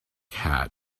hat